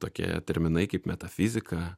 tokie terminai kaip metafizika